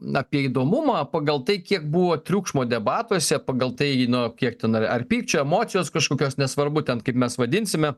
na apie įdomumą pagal tai kiek buvo triukšmo debatuose pagal tai nu kiek tu nori ar pykčio emocijos kažkokios nesvarbu ten kaip mes vadinsime